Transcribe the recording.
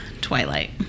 Twilight